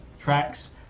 tracks